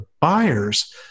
buyers